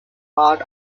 part